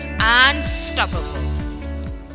Unstoppable